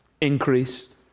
Increased